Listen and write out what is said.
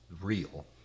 real